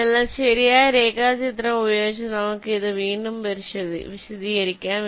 അതിനാൽ ശരിയായ രേഖാചിത്രം ഉപയോഗിച്ച് നമുക്ക് ഇത് വീണ്ടും വിശദീകരിക്കാം